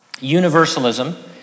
Universalism